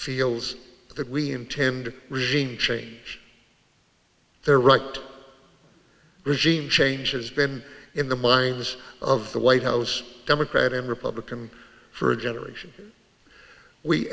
feels that we intend regime change there right regime change has been in the minds of the white house democrat and republican for a generation we